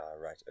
right